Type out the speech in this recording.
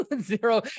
zero